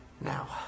Now